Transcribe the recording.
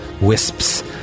Wisps